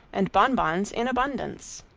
and bonbons in abundance.